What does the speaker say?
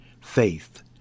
Faith